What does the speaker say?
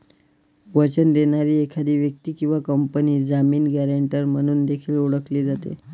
वचन देणारी एखादी व्यक्ती किंवा कंपनी जामीन, गॅरेंटर म्हणून देखील ओळखली जाते